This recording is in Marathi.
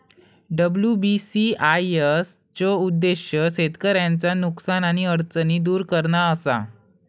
डब्ल्यू.बी.सी.आय.एस चो उद्देश्य शेतकऱ्यांचा नुकसान आणि अडचणी दुर करणा असा